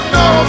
no